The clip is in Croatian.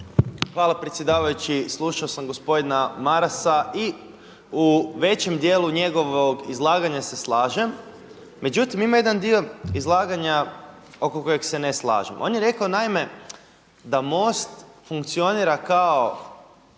Hvala predsjedavajući. Slušao sam gospodina Marasa i u većem dijelu njegovog izlaganja se slažem. Međutim ima jedan dio izlaganja oko kojeg se ne slažem. On je rekao naime da MOST funkcionira kao